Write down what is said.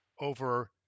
over